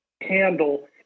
handle